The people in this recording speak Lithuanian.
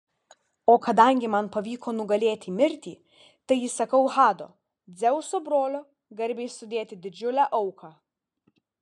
o kadangi man pavyko nugalėti mirtį tai įsakau hado dzeuso brolio garbei sudėti didžiulę auką